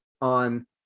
on